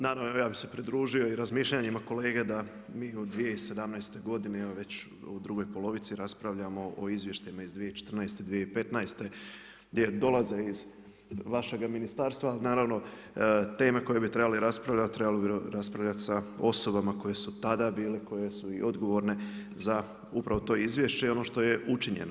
Naravno ja bih se pridružio i razmišljanjima kolege da mi u 2017. godini evo već u drugoj polovici raspravljamo o izvještajima iz 2014./2015. gdje dolaze iz vašega ministarstva naravno teme koje bi trebali raspravljati, trebali bi raspravljati sa osobama koje su tada bile, koje su i odgovorne za upravo to izvješće i ono što je učinjeno.